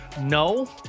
No